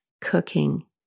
cooking